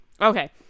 Okay